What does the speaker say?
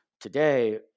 today